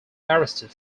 arrested